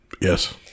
Yes